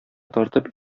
тартып